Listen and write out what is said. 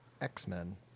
X-Men